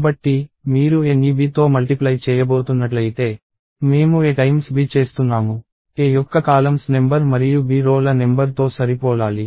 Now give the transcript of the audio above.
కాబట్టి మీరు Aని Bతో మల్టిప్లై చేయబోతున్నట్లయితే మేము A B చేస్తున్నాము A యొక్క కాలమ్స్ నెంబర్ మరియు B రో ల నెంబర్ తో సరిపోలాలి